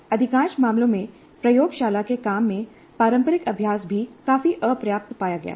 अधिकांश मामलों में प्रयोगशाला के काम में पारंपरिक अभ्यास भी काफी अपर्याप्त पाया गया है